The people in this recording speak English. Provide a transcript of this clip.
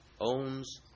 owns